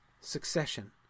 succession